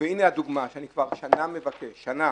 והנה הדוגמה, שאני כבר שנה מבקש, שנה.